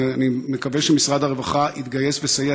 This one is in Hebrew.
אני מקווה שמשרד הרווחה יתגייס ויסייע.